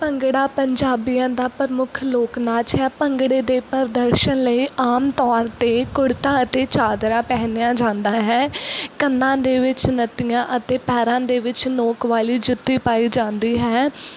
ਭੰਗੜਾ ਪੰਜਾਬੀਆਂ ਦਾ ਪ੍ਰਮੁੱਖ ਲੋਕ ਨਾਚ ਹੈ ਭੰਗੜੇ ਦੇ ਪ੍ਰਦਰਸ਼ਨ ਲਈ ਆਮ ਤੌਰ 'ਤੇ ਕੁੜਤਾ ਅਤੇ ਚਾਦਰਾ ਪਹਿਨਿਆ ਜਾਂਦਾ ਹੈ ਕੰਨਾਂ ਦੇ ਵਿੱਚ ਨੱਤੀਆਂ ਅਤੇ ਪੈਰਾਂ ਦੇ ਵਿੱਚ ਨੋਕ ਵਾਲੀ ਜੁੱਤੀ ਪਾਈ ਜਾਂਦੀ ਹੈ